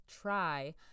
try